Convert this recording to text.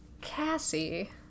Cassie